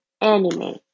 anime